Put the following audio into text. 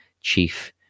Chief